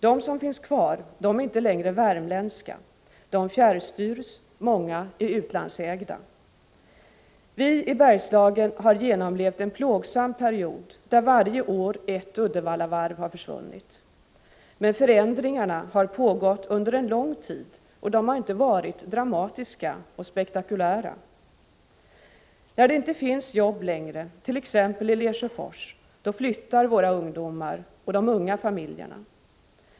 De som finns kvar är inte längre värmländska. De fjärrstyrs. Många är utlandsägda. Vi i Bergslagen har genomlevt en plågsam period där varje år ett Uddevallavarv har försvunnit. Men förändringarna har pågått under en lång, tid, och de har inte varit dramatiska och spektakulära. När det inte finns jobb längre, t.ex. i Lesjöfors, då flyttar våra ungdomar och de unga familjerna.